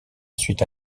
suite